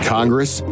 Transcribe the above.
Congress